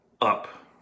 up